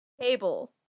table